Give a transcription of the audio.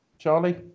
charlie